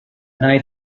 night